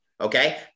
okay